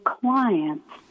clients